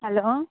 hello